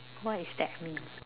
what is that means